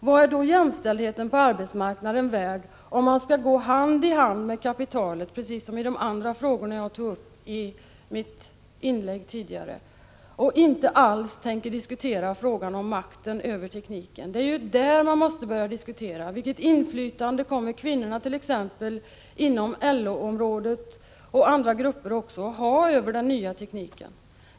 Vad är då jämställdheten på arbetsmarknaden värd om man skall gå hand i hand med kapitalet precis som när det gäller de andra frågor jag tog upp i mitt inlägg tidigare, och inte alls tänker diskutera frågan om makten över tekniken? Det är där man måste börja diskutera. Vilket inflytande kommer kvinnorna t.ex. inom LO området och också inom andra områden att ha över den nya tekniken?